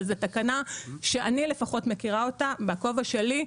אבל זו תקנה שאני לפחות מכירה אותה בכובע שלי,